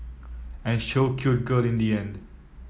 and show cute girl in the end